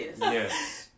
Yes